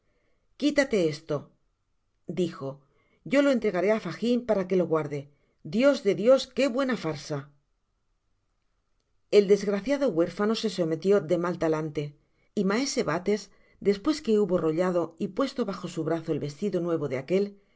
quitate esto dijo yo lo entregaré á fagin para que lo guarde dios de dios y que buena farza el desgraciado huérfano se sometió de mal talante y maese bates despues que hubo rollado y puesto bajo su brazo el vestido nuevo de aquel se